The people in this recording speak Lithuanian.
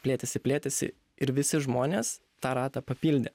plėtėsi plėtėsi ir visi žmonės tą ratą papildė